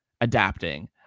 adapting